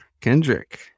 Kendrick